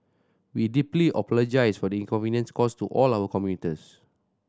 we deeply apologise for the inconvenience caused to all our commuters